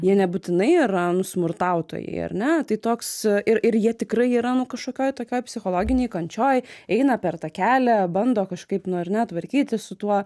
jie nebūtinai yra nu smurtautojai ar ne tai toks ir ir jie tikrai yra nu kažkokioj tokioj psichologinėj kančioj eina per tą kelią bando kažkaip nu ar ne tvarkytis su tuo